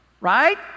Right